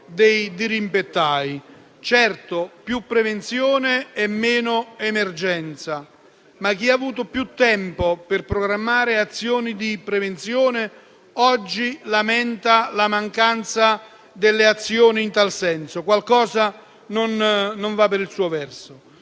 dei dirimpettai; certo, servono più prevenzione e meno emergenza, ma chi ha avuto più tempo per programmare azioni di prevenzione oggi lamenta la mancanza delle azioni in tal senso. Qualcosa non va per il suo verso.